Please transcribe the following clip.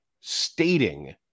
stating